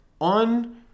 on